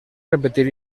repetir